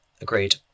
Agreed